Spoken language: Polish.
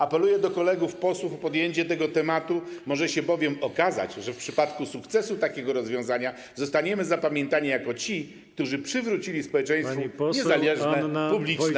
Apeluję do kolegów posłów o podjęcie tego tematu, może się bowiem okazać, że w przypadku sukcesu takiego rozwiązania zostaniemy zapamiętani jako ci, którzy przywrócili społeczeństwu niezależne publiczne media.